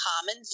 common